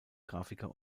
grafiker